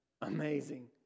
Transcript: amazing